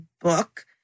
book